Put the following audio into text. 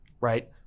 right